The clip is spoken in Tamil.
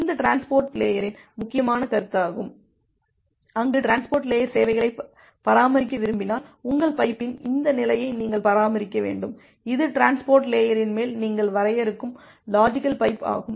இந்த டிரான்ஸ்போர்ட் லேயரின் முக்கியமான கருத்தாகும் அங்கு டிரான்ஸ்போர்ட் லேயர் சேவைகளைப் பராமரிக்க விரும்பினால் உங்கள் பைப்பின் இந்த நிலையை நீங்கள் பராமரிக்க வேண்டும் இது டிரான்ஸ்போர்ட் லேயரின் மேல் நீங்கள் வரையறுக்கும் லாஜிக்கல் பைப் ஆகும்